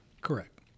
Correct